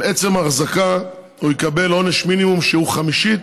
על עצם ההחזקה הוא יקבל עונש מינימום, שהוא חמישית